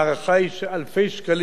ההערכה היא שאלפי שקלים